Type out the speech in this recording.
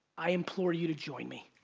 i implore you to join me.